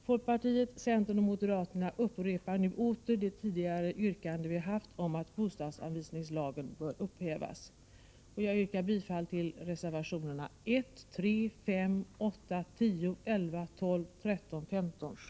Folkpartiet, centern och moderaterna upprepar åter det tidigare yrkandet om att bostadsanvisningslagen bör upphävas.